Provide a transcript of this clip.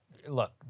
Look